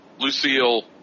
Lucille